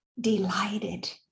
delighted